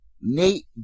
Nate